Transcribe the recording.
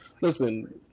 listen